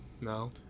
No